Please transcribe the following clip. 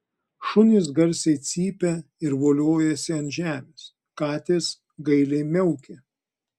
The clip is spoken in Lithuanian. šunys garsiai cypia ir voliojasi ant žemės katės gailiai miaukia